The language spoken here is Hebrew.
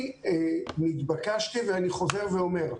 אני התבקשתי ואני חוזר ואומר,